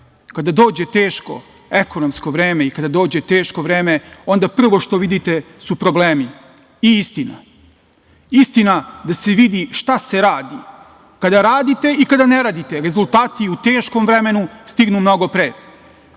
Kada dođe teško ekonomsko vreme i kad dođe teško vreme onda prvo što vidite su problemi i istina. Istina da se vidi šta se radi. Kada radite i ne radite rezultati u teškom vremenu stignu mnogo